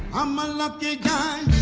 i'm a lucky guy